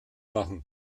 machen